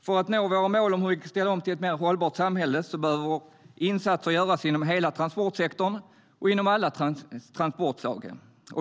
För att nå våra mål om att ställa om till ett mer hållbart samhälle behöver insatser göras inom hela transportsektorn och inom alla transportslag.